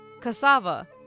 cassava